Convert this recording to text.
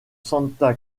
santa